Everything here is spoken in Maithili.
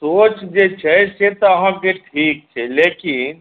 सोच जे चाही से तऽ अहाँकेँश ठीक छै लेकिन